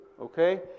okay